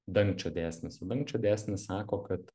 dangčio dėsnis o dangčio dėsnis sako kad